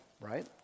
right